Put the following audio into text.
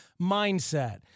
mindset